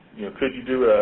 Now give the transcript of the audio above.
could you do